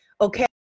Okay